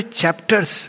chapters